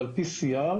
אבל ב-PCR,